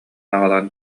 аҕалан